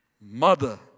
Mother